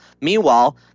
Meanwhile